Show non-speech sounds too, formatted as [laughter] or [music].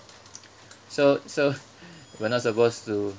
so so [laughs] we're not supposed to